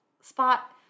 spot